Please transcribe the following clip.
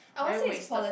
very wasted